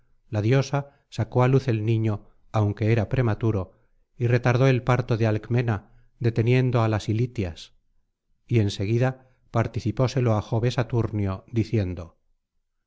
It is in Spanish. la diosa sacó á luz el niño aunque era prematuro y retardó el parto de alcmena deteniendo á las ilitias y en seguida participóselo á jove saturnio diciendo